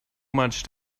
much